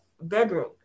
bedroom